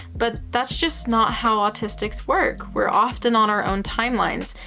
but that's just not how autistics work. we're often on our own timelines,